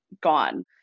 gone